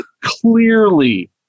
clearly